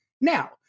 Now